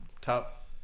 top